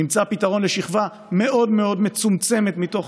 נמצא פתרון לשכבה מאוד מאוד מצומצמת מתוך